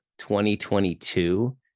2022